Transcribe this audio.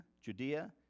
Judea